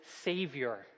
savior